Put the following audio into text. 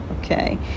okay